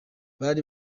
bari